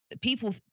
people